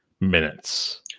minutes